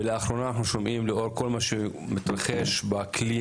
ולאחרונה אנחנו שומעים לאור כל מה שמתרחש באקלים